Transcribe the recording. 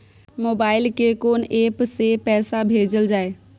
Mobile के कोन app से पैसा भेजल जाए?